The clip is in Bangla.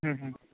হুম হুম